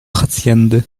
hacjendy